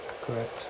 correct